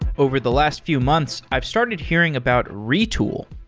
over the last few months, i've started hearing about retool.